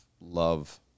love